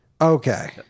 Okay